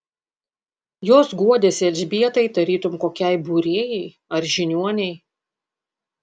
jos guodėsi elžbietai tarytum kokiai būrėjai ar žiniuonei